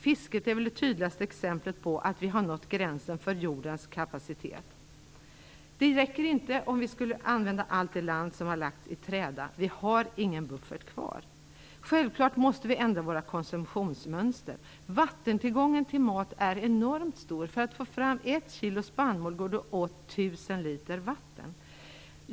Fisket är väl det tydligaste exemplet på att vi har nått gränsen för jordens kapacitet. Även om vi skulle använda allt land som lagts i träda räcker det inte till. Vi har ingen buffert längre. Självklart måste vi ändra våra konsumtionsmönster. Vattenbehovet för mat är enormt stort. För att få fram ett kilo spannmål går det nämligen åt 1 000 liter vatten.